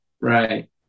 right